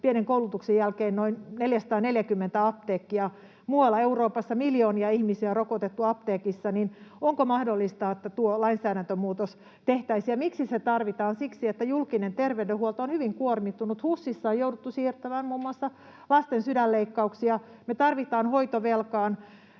pienen koulutuksen jälkeen noin 440 apteekkia. Muualla Euroopassa miljoonia ihmisiä on rokotettu apteekissa. Onko mahdollista, että tuo lainsäädäntömuutos tehtäisiin? Ja miksi se tarvitaan? Siksi, että julkinen terveydenhuolto on hyvin kuormittunut. HUSissa on jouduttu siirtämään muun muassa lasten sydänleikkauksia. Me tarvitaan hoitovelkaan,